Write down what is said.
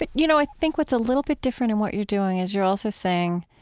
but you know, i think what's a little bit different in what you're doing is you're also saying,